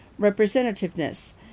representativeness